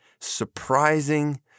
surprising